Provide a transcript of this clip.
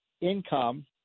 income